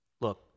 Look